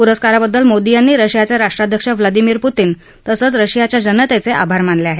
पुरस्काराबद्दल मोदी यांनी रशियाचे राष्ट्राध्यक्ष व्लादिमीर पुतिन यांचे तसंच रशियाच्या जनतेचे आभार मानले आहेत